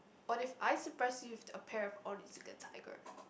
or if I surprise you with a pair of Onitsuka-Tiger